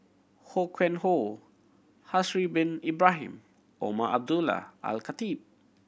Ho Yuen Hoe Haslir Bin Ibrahim Umar Abdullah Al Khatib